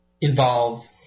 involve